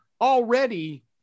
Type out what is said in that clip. already